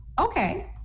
okay